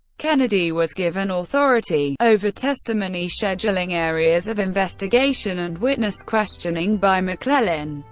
kennedy was given authority over testimony scheduling, areas of investigation, and witness questioning by mcclellan,